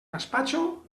gaspatxo